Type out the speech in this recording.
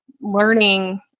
learning